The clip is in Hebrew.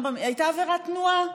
הייתה עבירת תנועה,